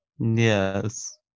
Yes